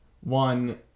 one